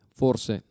forse